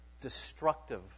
destructive